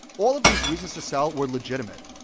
all of these reasons to sell were legitimate.